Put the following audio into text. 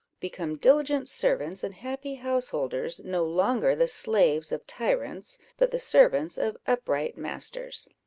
become diligent servants and happy householders, no longer the slaves of tyrants, but the servants of upright masters.